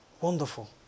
Wonderful